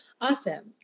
Awesome